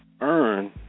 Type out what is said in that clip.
earn